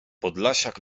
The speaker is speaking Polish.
podlasiak